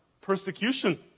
persecution